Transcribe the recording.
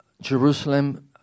Jerusalem